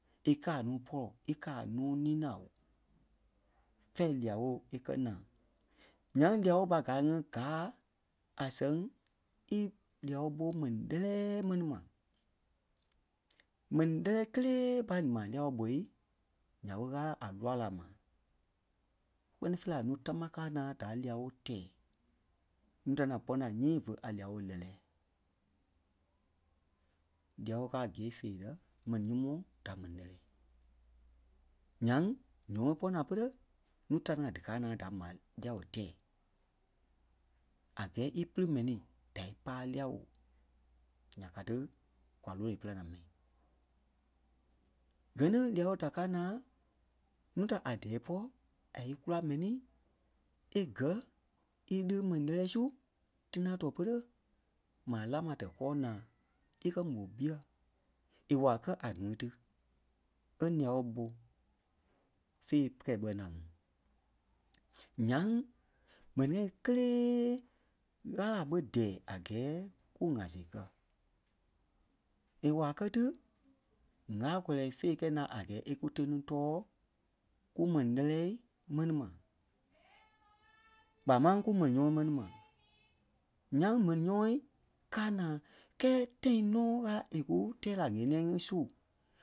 íkaa a núu pɔlɔi oo, íkaa a núu ninai ooo fɛɛ lia-wóo è kɛ́ naa. Ńyaŋ lia-wóo ɓa gaa ŋí gáa a sɛŋ ília-woo ɓó mɛnii lɛ́lɛɛ mɛni ma. Mɛnii lɛ́lɛ kélee ɓa maa lia-woo ɓôi nya ɓé Ɣâla a lúwa láa ma. Kpɛ́ni fêi la núu támaa káa naa da lia-woo tɛɛ nuu da ni ŋai pɔ́ naa nyii vé a lia-woo lɛ́lɛɛ. Lia-wóo káa gîe feerɛi mɛni nyɔ́mɔɔ da mɛni lɛ́lɛɛ. Nyaŋ nyɔmɔɔ pɔ́ naa pere núu da ní ŋai dí káa naa da maa lia-wooi tɛɛ, a gɛɛ ípili mɛ̀nii da íbaa lia-woo. Nya ká tí kwa lónoi é pîlaŋ la ma. Gɛ́ ni lia-wóo da káa naa nuu da a dɛ́ɛ ípɔ a íkula mɛ̀nii e gɛ̀ ílii mɛnii lɛ́lɛɛ su tina tɔɔ-pere maa láa ma tɛ́ kɔɔ naa. Íkɛ mó ɓɛyɛɛ, é wâa kɛ́ a núui tí è lia-woo ɓo féi kɛ̂i ɓɛi naa ŋí. Nyaŋ mɛnii ŋai ŋí kelee Ɣâla ɓé dɛ́ɛ a gɛɛ kúŋaa sɛɣɛ kɛ. É wâa kɛ́ tí, ŋâla-kɔlɔi féi kɛ̂i nɔ́ a gɛɛ é kú téniŋ tɔ̂ɔ kú mɛnii lɛ́lɛɛ mɛni ma. Kpaa máŋ kú mɛnii nyɔ́mɔɔ mɛni ma. Nyaŋ mɛnii nyɔ́mɔɔ káa naa kɛ́ɛ tãi nɔ Ɣâla é ku tɛ́ɛ lai ɣeniɛi ŋí su